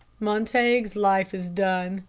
montague's life is done.